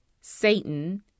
Satan